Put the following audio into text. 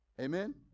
Amen